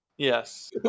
Yes